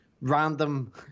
random